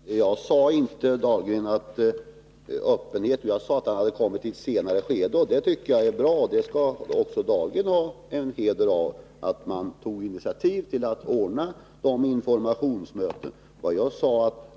Fru talman! Jag sade, Anders Dahlgren, att öppenheten hade kommit i ett alltför sent skede. Jag tycker att öppenheten är bra, och Anders Dahlgren skall ha heder av initiativen till ordnandet av dessa informationsmöten. Men